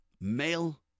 male